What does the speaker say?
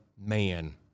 man